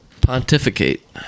Pontificate